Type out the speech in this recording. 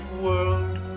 world